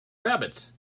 rabbits